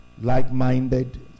like-minded